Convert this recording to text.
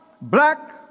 black